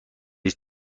است